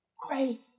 Great